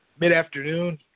mid-afternoon